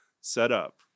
setup